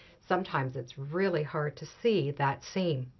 sometimes it's really hard to see that seam.